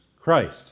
Christ